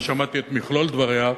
אני שמעתי את מכלול דבריה,